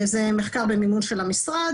זה מחקר במימון של המשרד